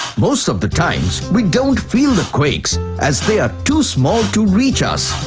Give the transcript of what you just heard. most of the times, we don't feel the quakes as they are too small to reach us.